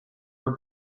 her